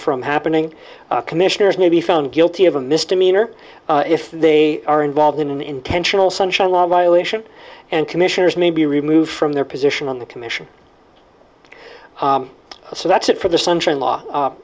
from happening commissioners may be found guilty of a misdemeanor if they are involved in an intentional sunshine law violation and commissioners may be removed from their position on the commission so that's it for the